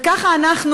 וככה אנחנו,